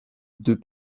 deux